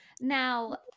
now